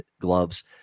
gloves